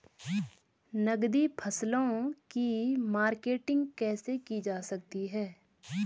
नकदी फसलों की मार्केटिंग कैसे की जा सकती है?